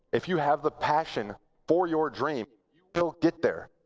if you have the passion for your dream, you will get there.